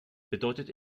bedeutet